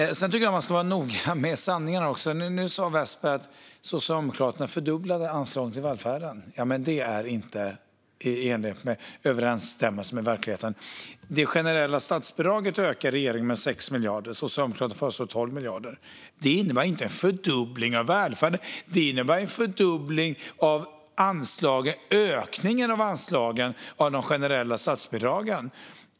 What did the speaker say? Sedan tycker jag att man ska vara noga med sanningen. Nu sa Vepsä att Socialdemokraterna fördubblade anslagen till välfärden. Det är inte i överensstämmelse med verkligheten. Regeringen ökar det generella statsbidraget med 6 miljarder. Socialdemokraterna föreslår 12 miljarder. Det innebär inte en fördubbling av anslagen till välfärden. Det innebär en fördubbling av ökningen av det generella statsbidraget.